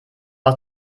aus